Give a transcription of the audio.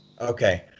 okay